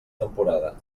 temporada